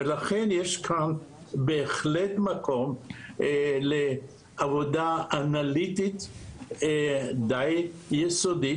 לכן, יש כאן בהחלט מקום לעבודה אנליטית די יסודית.